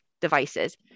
devices